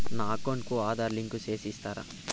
నా అకౌంట్ కు ఆధార్ లింకు సేసి ఇస్తారా?